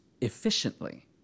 efficiently